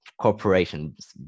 corporations